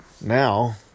now